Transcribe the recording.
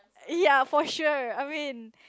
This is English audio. ya for sure I mean